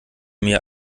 mir